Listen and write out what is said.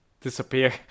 disappear